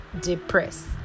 depressed